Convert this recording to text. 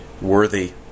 worthy